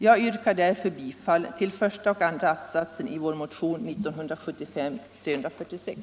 Jag yrkar bifall till första och andra attsatserna i vår motion nr 346.